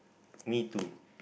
me too